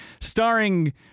starring